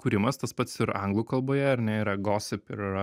kūrimas tas pats ir anglų kalboje ar ne yra gossip ir yra